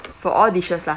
for all dishes lah